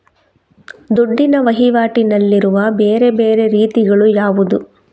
ದುಡ್ಡಿನ ವಹಿವಾಟಿನಲ್ಲಿರುವ ಬೇರೆ ಬೇರೆ ರೀತಿಗಳು ಯಾವುದು?